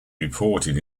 reported